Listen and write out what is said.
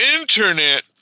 internet